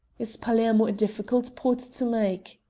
is palermo a difficult port to make?